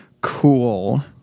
cool